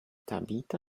tabitha